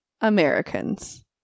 Americans